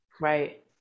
Right